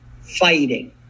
fighting